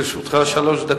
לרשותך שלוש דקות.